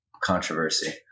controversy